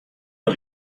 wer